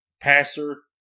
passer